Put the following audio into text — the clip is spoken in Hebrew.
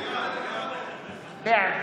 בעד